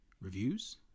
reviews